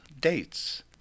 Dates